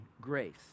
grace